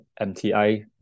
MTI